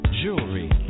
jewelry